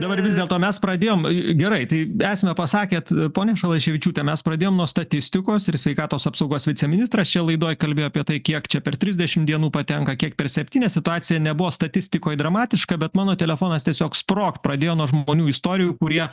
dabar vis dėlto mes pradėjom gerai tai esmę pasakėt ponia šalaševičiūte mes pradėjom nuo statistikos ir sveikatos apsaugos viceministras čia laidoj kalbėjo apie tai kiek čia per trisdešim dienų patenka kiek per septynias situacija nebuvo statistikoj dramatiška bet mano telefonas tiesiog sprogt pradėjo nuo žmonių istorijų kurie